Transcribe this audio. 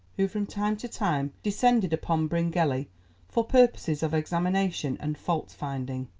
who from time to time descended upon bryngelly for purposes of examination and fault-finding.